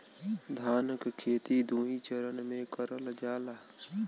धान के खेती दुई चरन मे करल जाला